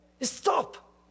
stop